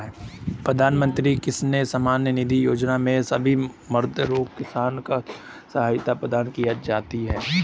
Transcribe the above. प्रधानमंत्री किसान सम्मान निधि योजना में सभी भूधारक किसान को आर्थिक सहायता प्रदान की जाती है